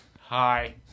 hi